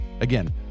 Again